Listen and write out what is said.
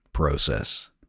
process